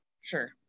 sure